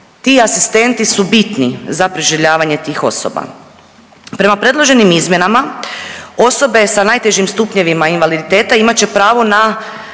Ti asistenti su bitni za preživljavanje tih osoba. Prema predloženim izmjenama osobe sa najtežim stupnjevima invaliditeta imat će pravo na